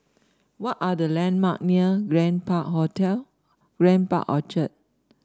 what are the landmark near Grand Park Hotel Grand Park Orchard